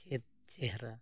ᱪᱮᱫ ᱪᱮᱦᱨᱟ